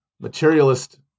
materialist